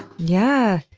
yeah!